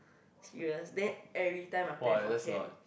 serious then everytime must plan for camp